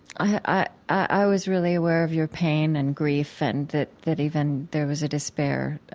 i i was really aware of your pain and grief and that that even there was a despair.